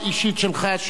שהביא לתוצאה,